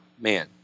man